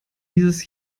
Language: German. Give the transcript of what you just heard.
dieses